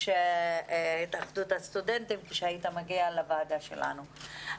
התאחדות הסטודנטים כשהיית מגיע לוועדה שלנו.